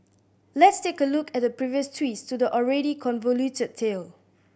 let's take a look at the previous twists to the already convoluted tale